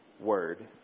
word